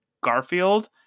Garfield